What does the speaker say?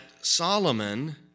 Solomon